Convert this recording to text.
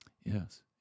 Yes